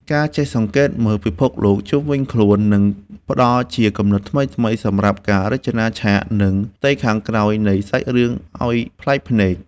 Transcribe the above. ការចេះសង្កេតមើលពិភពលោកជុំវិញខ្លួននឹងផ្តល់ជាគំនិតថ្មីៗសម្រាប់ការរចនាឆាក និង ផ្ទៃខាងក្រោយនៃសាច់រឿងឱ្យប្លែកភ្នែក។